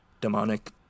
demonic